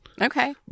Okay